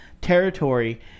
territory